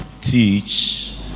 teach